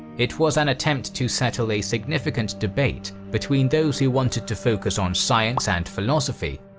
it was an attempt to settle a significant debate between those who wanted to focus on science and philosophy,